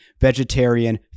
vegetarian